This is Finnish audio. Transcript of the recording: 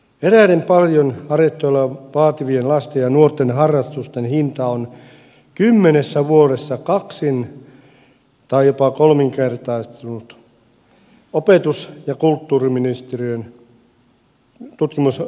eräiden paljon harjoittelua vaativien lasten ja nuorten harrastusten hinta on kymmenessä vuodessa kaksin tai jopa kolminkertaistunut opetus ja kulttuuriministeriön tutkimusraportti kertoo